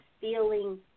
feeling